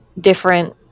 different